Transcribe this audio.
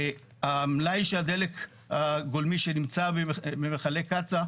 המלאי של הדלק הגולמי שנמצא במכלי קצא"א,